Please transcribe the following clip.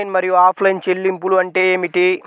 Online మరియు offline చెల్లింపులు అంటే ఏమిటి?